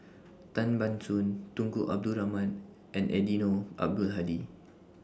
Tan Ban Soon Tunku Abdul Rahman and Eddino Abdul Hadi